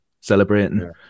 celebrating